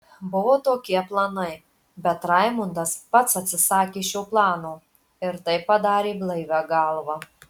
buvo tokie planai bet raimondas pats atsisakė šio plano ir tai padarė blaivia galva